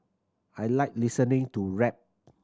I like listening to rap